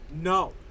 No